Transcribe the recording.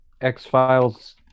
X-Files